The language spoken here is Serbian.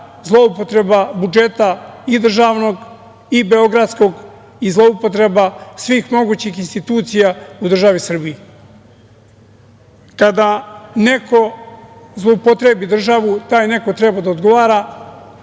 zloupotreba budžeta, i državnog i beogradskog, i zloupotreba svih mogućih institucija u državi Srbiji. Kada neko zloupotrebi državu, taj neko treba da odgovara.